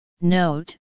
Note